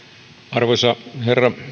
arvoisa herra